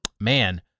Man